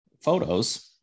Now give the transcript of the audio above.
photos